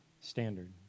standard